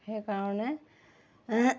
সেইকাৰণে